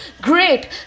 great